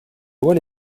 lois